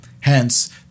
Hence